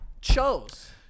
chose